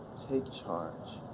take charge,